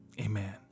Amen